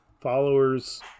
followers